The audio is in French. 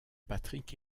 patrick